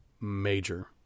major